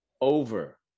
over